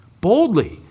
Boldly